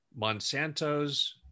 Monsanto's